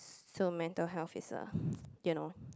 so mental health is a you know